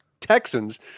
Texans